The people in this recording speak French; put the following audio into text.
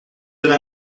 donne